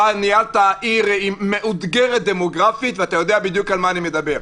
אתה ניהלת עיר מאותגרת דמוגרפית ואתה יודע בדיוק על מה אני מדבר.